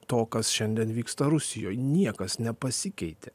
to kas šiandien vyksta rusijoj niekas nepasikeitė